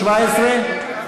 17?